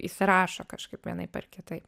įsirašo kažkaip vienaip ar kitaip